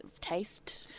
taste